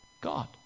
God